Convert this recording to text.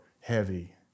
heavy